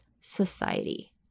Society